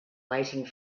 waiting